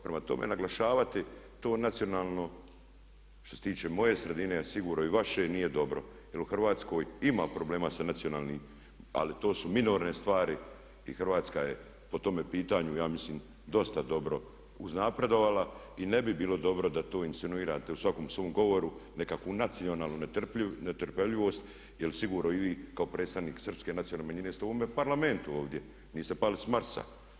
Prema tome naglašavati to što se tiče moje sredine a sigurno i vaše nije dobro jer u Hrvatskoj ima problema sa nacionalnim ali to su minorne stvari i Hrvatska je po tome pitanju ja mislim dosta dobro uznapredovala i ne bi bilo dobro da to insinuirate u svakom svom govoru nekakvu nacionalnu netrpeljivost jer sigurno i vi kao predstavnik Srpske nacionalne manjine ste u ovome parlamentu ovdje, niste pali s Marsa.